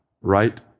right